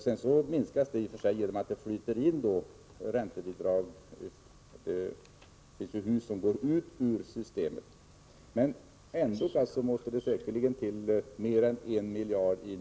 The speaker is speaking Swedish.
Kostnaden blir sedan mindre när det flyter in räntebidrag genom att hus utgår ur systemet. Trots detta kostar alltså nya räntebidrag säkerligen mer än 1 miljard.